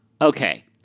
Okay